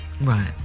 right